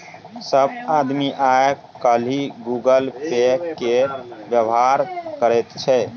सभ आदमी आय काल्हि गूगल पे केर व्यवहार करैत छै